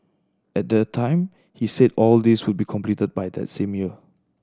at the time he said all these would be completed by that same year